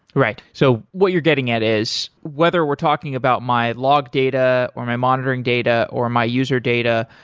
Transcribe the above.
right. so what you're getting at is whether we're talking about my log data or my monitoring data or my user data,